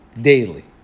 Daily